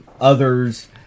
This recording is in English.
others